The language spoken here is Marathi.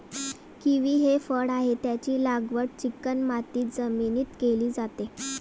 किवी हे फळ आहे, त्याची लागवड चिकणमाती जमिनीत केली जाते